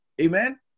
amen